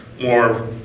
more